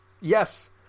Yes